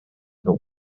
but